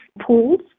pools